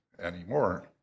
anymore